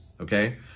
Okay